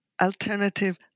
alternative